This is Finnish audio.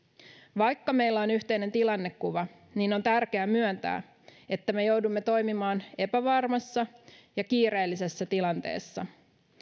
vaikka meillä on yhteinen tilannekuva niin on tärkeää myöntää että me joudumme toimimaan epävarmassa ja kiireellisessä tilanteessa